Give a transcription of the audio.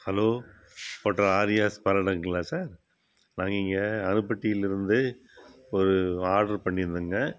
hello hotel Aryas பேரடைங்களா sir நாங்கள் இங்கே அருப்பட்டியிலிருந்து ஒரு ஆர்டர் பண்ணிருந்தேங்க